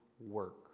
work